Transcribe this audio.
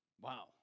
wow